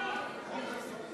הודעה בהקדם.